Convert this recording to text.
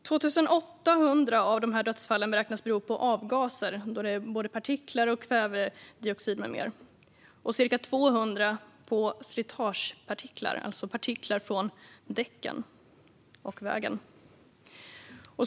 Av dessa dödsfall beräknas 2 800 bero på avgaser. Det är både partiklar och kvävedioxid med mera. Cirka 200 beror på slitagepartiklar, alltså partiklar från däcken och vägen.